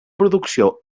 producció